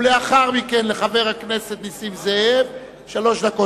ולאחר מכן לחבר הכנסת נסים זאב שלוש דקות,